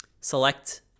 select